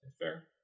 Fair